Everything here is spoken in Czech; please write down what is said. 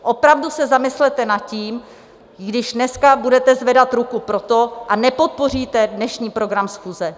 Opravdu se zamyslete nad tím, když dneska budete zvedat ruku pro to a nepodpoříte dnešní program schůze.